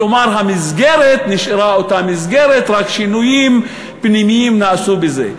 כלומר המסגרת נשארה אותה מסגרת ורק שינויים פנימיים נעשו בזה.